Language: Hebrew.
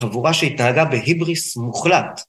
‫חבורה שהתנהגה בהיבריס מוחלט.